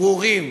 ברורים,